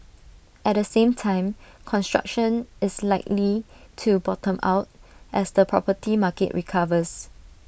at the same time construction is likely to bottom out as the property market recovers